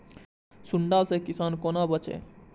सुंडा से किसान कोना बचे?